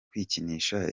kwikinisha